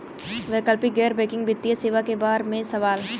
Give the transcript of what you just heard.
वैकल्पिक गैर बैकिंग वित्तीय सेवा के बार में सवाल?